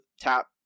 tap